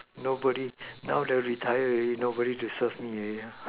nobody now that I retired already nobody to serve me already